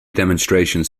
demonstrations